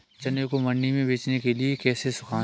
चने को मंडी में बेचने के लिए कैसे सुखाएँ?